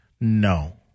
No